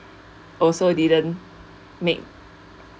also didn't make